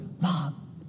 mom